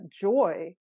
joy